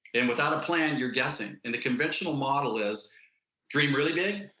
and without a plan you're guessing and the conventional model is dream really big,